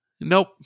Nope